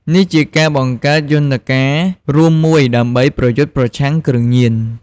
នេះជាការបង្កើតយន្តការរួមមួយដើម្បីប្រយុទ្ធប្រឆាំងគ្រឿងញៀន។